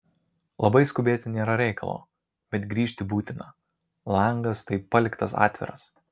labai skubėti nėra reikalo bet grįžt būtina langas tai paliktas atviras